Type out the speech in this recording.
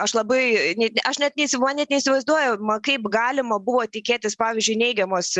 aš labai net aš net neįsiv net neįsivaizduoju kaip galima buvo tikėtis pavyzdžiui neigiamos